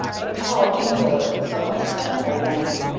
but a tall, angular, and somewhat cynical woman,